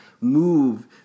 move